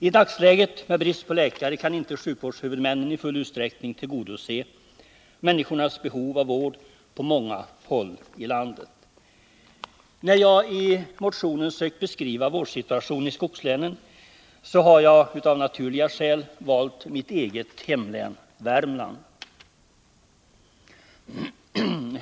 I dagsläget, med brist på läkare, kan inte sjukvårdshuvudmännen i full utsträckning tillgodose människornas behov av vård på många håll i landet. När jag i motionen sökt beskriva vårdsituationen i skogslänen, har jag av naturliga skäl valt mitt eget hemlän, Värmland.